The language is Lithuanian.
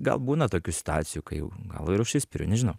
gal būna tokių situacijų kai jau gal ir užsispiriu nežinau